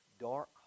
dark